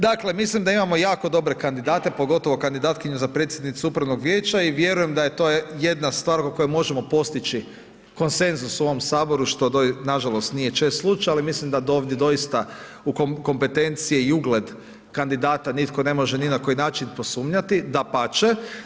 Dakle, mislim da imamo jako dobre kandidate, pogotovo kandidatkinju za predsjednicu upravnog vijeća i vjerujem da je to jedna stvar oko koje možemo postići konsenzus u ovom Saboru što nažalost nije čest slučaj ali misli da do ovdje doista u kompetenciji je i ugled kandidata, nitko ne može ni na koji način posumnjati, dapače.